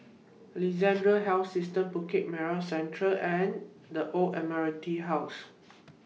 Alexandra Health System Bukit Merah Central and The Old Admiralty House